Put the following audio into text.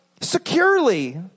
Securely